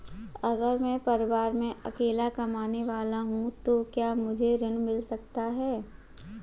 अगर मैं परिवार में अकेला कमाने वाला हूँ तो क्या मुझे ऋण मिल सकता है?